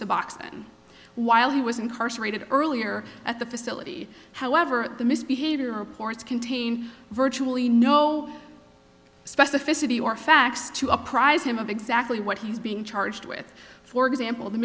suboxone while he was incarcerated earlier at the facility however the misbehavior reports contain virtually no specificity or facts to apprise him of exactly what he's being charged with for example the